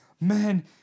man